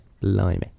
Blimey